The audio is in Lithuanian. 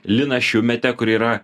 liną šiumetę kuri yra